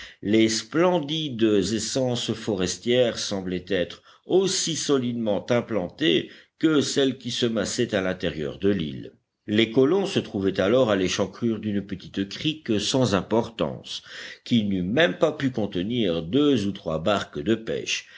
les splendides essences forestières semblaient être aussi solidement implantées que celles qui se massaient à l'intérieur de l'île les colons se trouvaient alors à l'échancrure d'une petite crique sans importance qui n'eût même pas pu contenir deux ou trois barques de pêche